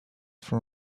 for